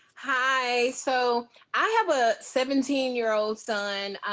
hi! so i have a seventeen year old son.